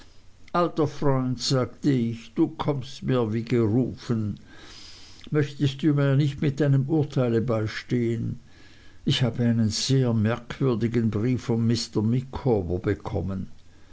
alter freund sagte ich du kommst mir wie gerufen möchtest du mir nicht mit deinem urteile beistehen ich habe einen sehr merkwürdigen brief von mr micawber bekommen